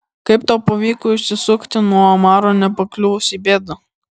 kaip tau pavyko išsisukti nuo omaro nepakliuvus į bėdą